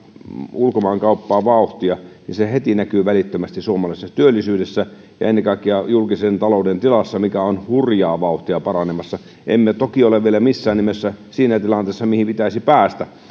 ulkomaankauppaan vauhtia niin se heti näkyy välittömästi suomalaisessa työllisyydessä ja ennen kaikkea julkisen talouden tilassa mikä on hurjaa vauhtia paranemassa emme toki ole vielä missään nimessä siinä tilanteessa mihin pitäisi päästä